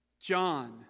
John